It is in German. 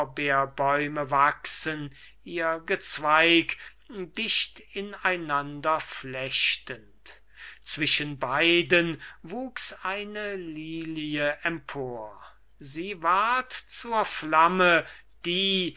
lorbeerbäume wachsen ihr gezweig dicht in einander flechtend zwischen beiden wuchs eine lilie empor sie ward zur flamme die